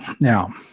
Now